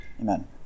amen